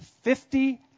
Fifty